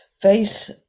face